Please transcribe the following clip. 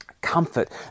Comfort